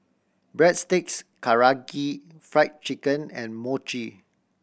Breadsticks Karaage Fried Chicken and Mochi